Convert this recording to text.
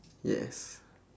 yes